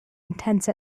intense